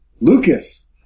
Lucas